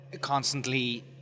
constantly